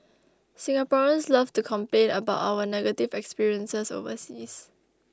Singaporeans love to complain about our negative experiences overseas